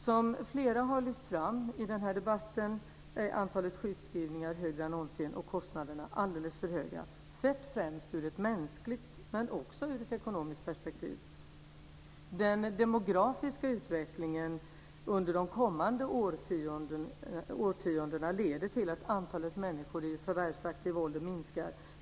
Som flera har lyft fram i denna debatt är antalet sjukskrivningar större än någonsin och kostnaderna alldeles för höga, sett främst ur ett mänskligt perspektiv men också sett ur ett ekonomiskt perspektiv. Den demografiska utvecklingen under de kommande årtiondena leder till att antalet människor i förvärvsaktiv ålder minskar.